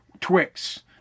Twix